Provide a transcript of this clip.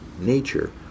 nature